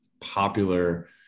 popular